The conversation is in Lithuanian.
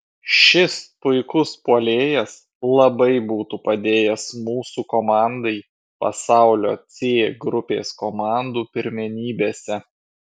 šis puikus puolėjas labai būtų padėjęs mūsų komandai pasaulio c grupės komandų pirmenybėse